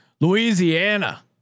Louisiana